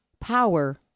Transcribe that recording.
power